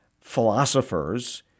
philosophers